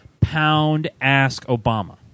poundaskobama